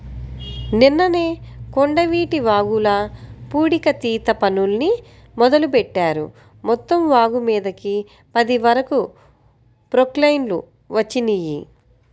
నిన్ననే కొండవీటి వాగుల పూడికతీత పనుల్ని మొదలుబెట్టారు, మొత్తం వాగుమీదకి పది వరకు ప్రొక్లైన్లు వచ్చినియ్యి